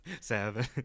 seven